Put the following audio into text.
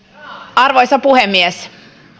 arvoisa puhemies